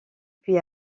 puis